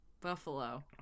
Buffalo